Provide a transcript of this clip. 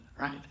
right